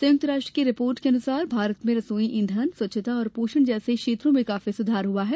संयुक्त राष्ट्र की रिपोर्ट के अनुसार भारत में रसोई ईंधन स्वच्छता और पोषण जैसे क्षेत्रों में काफी सुधार हुआ है